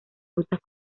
rutas